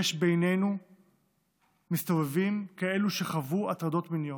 מסתובבים בינינו כאלו שחוו הטרדות מיניות.